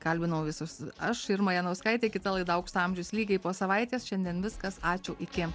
kalbinau visus aš irma janauskaitė kita laida aukso amžius lygiai po savaitės šiandien viskas ačiū iki